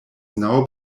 now